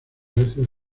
veces